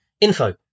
info